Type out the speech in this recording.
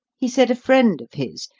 he said a friend of his,